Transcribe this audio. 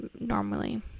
normally